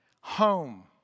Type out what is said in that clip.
Home